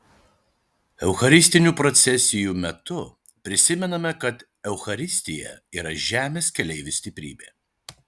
eucharistinių procesijų metu prisimename kad eucharistija yra žemės keleivių stiprybė